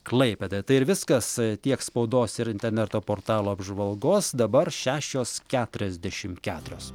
klaipėda tai ir viskas tiek spaudos ir interneto portalų apžvalgos dabar šešios keturiasdešim keturios